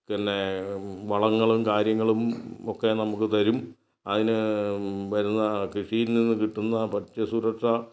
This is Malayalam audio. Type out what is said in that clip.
പിന്നെ വളങ്ങളും കാര്യങ്ങളും ഒക്കെ നമുക്ക് തരും അതിനു വരുന്ന കൃഷിയിൽ നിന്ന് കിട്ടുന്ന ഭക്ഷ്യ സുരക്ഷ